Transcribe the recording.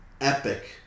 epic